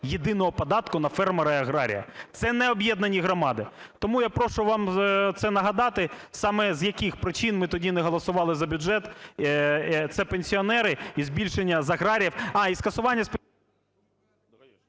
єдиного податку на фермера і аграрія, це не об'єднані громади. Тому я прошу вам це нагадати саме з яких причин ми тоді не голосували за бюджет, це пенсіонери і збільшення з аграріїв,